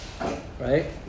Right